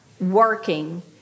working